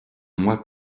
mois